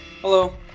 hello